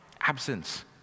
Absence